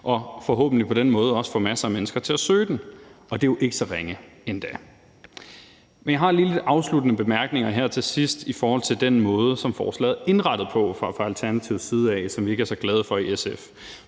og forhåbentlig på den måde også får masser af mennesker til at søge ind på den, og det er jo ikke så ringe endda. Men jeg har lige lidt afsluttende bemærkninger her til sidst i forhold til den måde, som forslaget fra Alternativets side er indrettet på, som vi ikke er så glade for i SF.